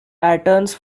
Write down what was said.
patterns